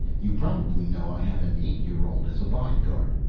you probably know i have an eight-year-old as a bodyguard.